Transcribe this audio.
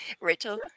Rachel